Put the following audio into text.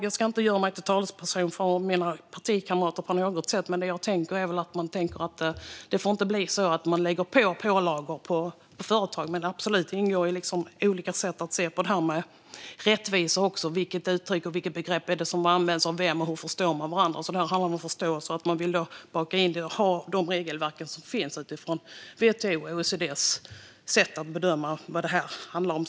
Jag ska inte göra mig till tolk för mina partikamrater, men jag tror att de tänker att man inte ska lägga pålagor på företag. Det finns också olika sätt att se på detta med rättvisa. Vilket begrepp används av vem, och hur förstår man varandra? Det här handlar om förståelse. Man vill då baka in detta i det regelverk som finns så att det stämmer med WTO:s och OECD:s sätt att bedöma vad detta handlar om.